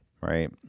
right